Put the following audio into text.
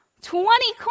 Twenty